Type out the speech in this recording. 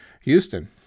Houston